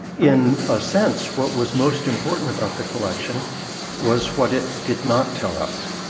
in a sense, what was most important about the collection was what it did not tell us.